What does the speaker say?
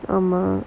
ஆமா:aamaa